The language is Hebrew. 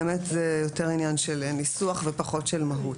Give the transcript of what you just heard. באמת זה יותר עניין של ניסוח ופחות של מהות.